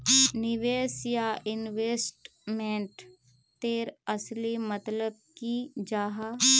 निवेश या इन्वेस्टमेंट तेर असली मतलब की जाहा?